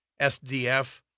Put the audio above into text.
SDF